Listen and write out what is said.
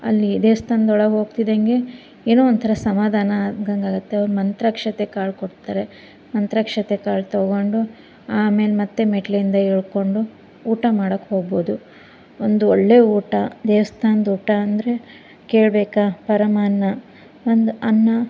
ಅಲ್ಲಿ ದೇವ್ಸ್ಥಾನ್ದೊಳಗೆ ಹೋಗ್ತಿದ್ದಂಗೆ ಏನೋ ಒಂಥರ ಸಮಾಧಾನ ಆದಂಗಾಗುತ್ತೆ ಅವ್ರು ಮಂತ್ರಾಕ್ಷತೆ ಕಾಳು ಕೊಡ್ತಾರೆ ಮಂತ್ರಾಕ್ಷತೆ ಕಾಳು ತೊಗೊಂಡು ಆಮೇಲೆ ಮತ್ತೆ ಮೆಟ್ಟಲಿಂದ ಇಳ್ಕೊಂಡು ಊಟ ಮಾಡಕ್ಕೆ ಹೋಗ್ಬೋದು ಒಂದು ಒಳ್ಳೆಯ ಊಟ ದೇವ್ಸ್ಥಾನ್ದ ಊಟ ಅಂದರೆ ಕೇಳ್ಬೇಕಾ ಪರಮಾನ್ನ ಒಂದು ಅನ್ನ